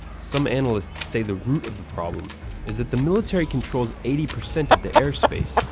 some analysts say the root of the problem is that the military controls eighty percent of the airspace,